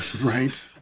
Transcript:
Right